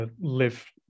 live